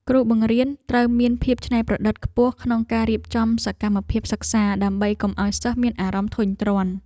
គ្រូបង្រៀនត្រូវមានភាពច្នៃប្រឌិតខ្ពស់ក្នុងការរៀបចំសកម្មភាពសិក្សា ដើម្បីកុំឱ្យសិស្សមានអារម្មណ៍ធុញទ្រាន់។